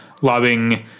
lobbying